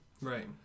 Right